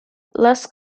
less